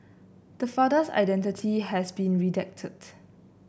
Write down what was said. the father's identity has been redacted